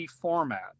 format